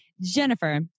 Jennifer